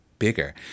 bigger